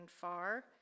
far